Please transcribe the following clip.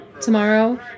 tomorrow